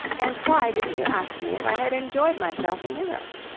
and why didn't you ask me if i had enjoyed myself in europe?